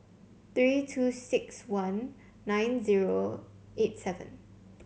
three two six one nine zero eight seven